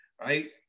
right